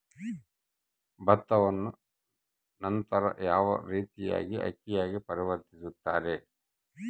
ಭತ್ತವನ್ನ ನಂತರ ಯಾವ ರೇತಿಯಾಗಿ ಅಕ್ಕಿಯಾಗಿ ಪರಿವರ್ತಿಸುತ್ತಾರೆ?